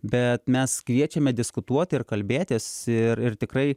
bet mes kviečiame diskutuoti ir kalbėtis ir ir tikrai